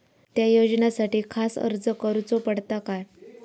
त्या योजनासाठी खास अर्ज करूचो पडता काय?